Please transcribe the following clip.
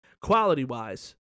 quality-wise